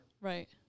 Right